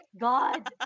God